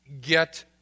get